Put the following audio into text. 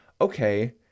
okay